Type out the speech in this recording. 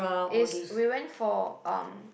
it's we went for um